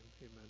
Amen